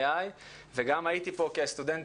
גם הייתי פה כסטודנט צעיר אין ספור פעמים,